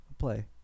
play